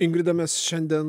ingrida mes šiandien